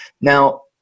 Now